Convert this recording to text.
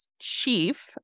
chief